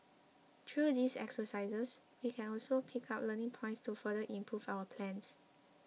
through these exercises we can also pick up learning points to further improve our plans